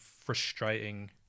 frustrating